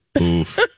Oof